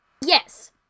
Yes